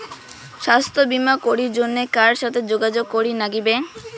স্বাস্থ্য বিমা করির জন্যে কার সাথে যোগাযোগ করির নাগিবে?